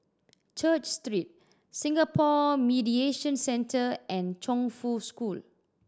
Church Street Singapore Mediation Centre and Chongfu School